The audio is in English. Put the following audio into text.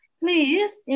please